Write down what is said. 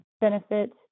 benefit